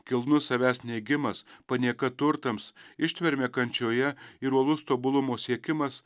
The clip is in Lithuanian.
kilnus savęs neigimas panieka turtams ištvermė kančioje ir uolus tobulumo siekimas